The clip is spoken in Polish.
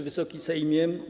Wysoki Sejmie!